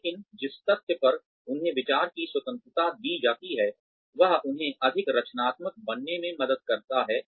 लेकिन जिस तथ्य पर उन्हें विचार की स्वतंत्रता दी जाती है वह उन्हें अधिक रचनात्मक बनने में मदद करता है